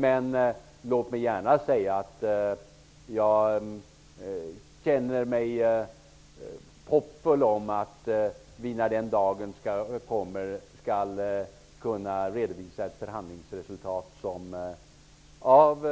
Men jag känner mig hoppfull om att vi, när den dagen kommer, skall kunna redovisa ett förhandlingsresultat som av